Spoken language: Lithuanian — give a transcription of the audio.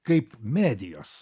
kaip medijos